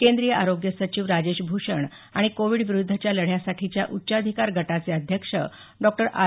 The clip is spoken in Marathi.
केंद्रीय आरोग्य सचिव राजेश भूषण आणि कोविड विरुध्दच्या लढ्यासाठीच्या उच्चाधिकार गटाचे अध्यक्ष डॉक्टर आर